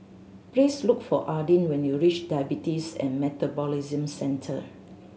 please look for Adin when you reach Diabetes and Metabolism Centre